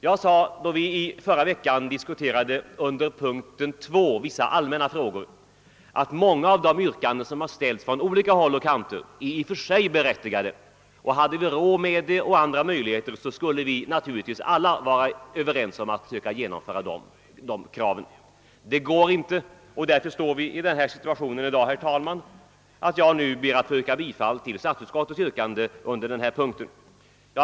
Då kammaren i förra veckan diskuterade punkten 2 i föreliggande utlåtande, Vissa gemensamma frågor, framhöll jag att många av de yrkanden som ställts från olika håll i och för sig är berättigade, och hade vi råd med det och möjligheter i övrigt skulle naturligtvis alla vara överens om att försöka genomföra förslagen. Men så är inte fallet. Jag ber därför att få yrka bifall till statsutskottets hemställan under den punkt vi nu behandlar.